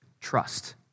trust